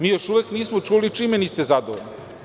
Mi još uvek nismo čuli čime niste zadovoljni.